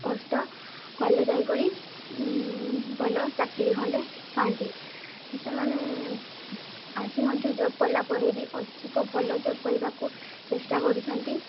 କଷ୍ଟ କଲେ ଯାଇକରି ଭଲ ଚାକିରୀ ଖଣ୍ଡେ ପାଆନ୍ତି ସେମାନେ ଆଜି ମଧ୍ୟ ଜବ୍ କଲା ପରେ ବି ଅଧିକ ଭଲ ଜବ୍ କରିବାକୁ ଚେଷ୍ଟା କରୁଛନ୍ତି